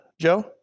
Joe